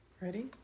Ready